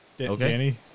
Okay